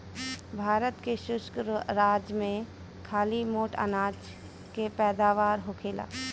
भारत के शुष्क राज में खाली मोट अनाज के पैदावार होखेला